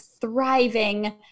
thriving